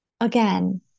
Again